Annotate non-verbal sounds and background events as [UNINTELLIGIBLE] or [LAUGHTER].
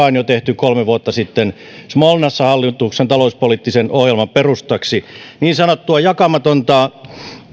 [UNINTELLIGIBLE] on tehty jo kolme vuotta sitten smolnassa hallituksen talouspoliittisen ohjelman perustaksi niin sanottua jakamatonta